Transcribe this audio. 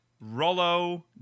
Rollo